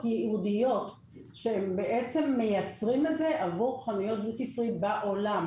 ייעודיות שהם בעצם מייצרים את זה עבור חנויות דיוטי פרי בעולם.